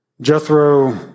Jethro